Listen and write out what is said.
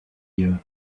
you